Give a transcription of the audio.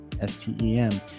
S-T-E-M